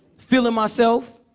feeling myself,